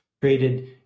created